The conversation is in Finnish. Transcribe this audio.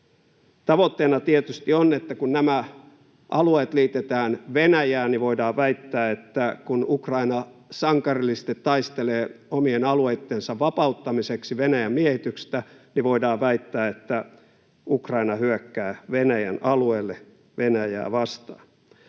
Tavoitteena tietysti on, että kun nämä alueet liitetään Venäjään ja kun Ukraina sankarillisesti taistelee omien alueittensa vapauttamiseksi Venäjän miehityksestä, niin voidaan väittää, että Ukraina hyökkää Venäjän alueelle Venäjää vastaan.